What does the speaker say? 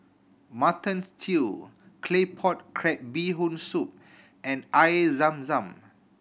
Mutton Stew Claypot Crab Bee Hoon Soup and Air Zam Zam